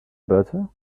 butter